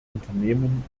unternehmen